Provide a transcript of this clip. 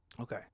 Okay